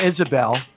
Isabel